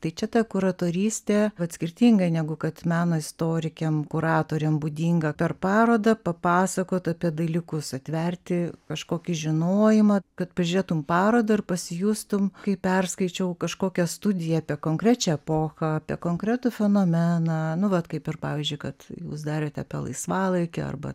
tai čia ta kuratorystė vat skirtingai negu kad meno istorikėms kuratorėm būdinga per parodą papasakot apie dalykus atverti kažkokį žinojimą kad pažiūrėtum parodą ir pasijustum kaip perskaičiau kažkokią studiją apie konkrečią epochą apie konkretų fenomeną nu vat kaip ir pavyzdžiui kad jūs darot apie laisvalaikį arba